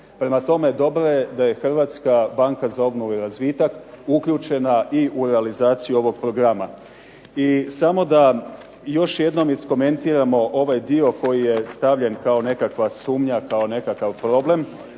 Prema tome, dobro je da je Hrvatska banka za obnovu i razvitak uključena i u realizaciju ovog programa. I samo da još jednom iskomentiramo ovaj dio koji je stavljen kao nekakva sumnja, kao nekakav problem,